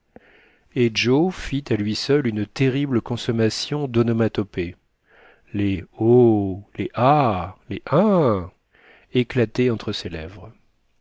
et joe fit à lui seul une terrible consommation d'onomatopées les oh les ah les hein éclataient entre ses lèvres